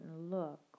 look